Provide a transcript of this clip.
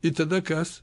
ir tada kas